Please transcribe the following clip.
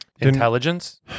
Intelligence